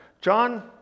John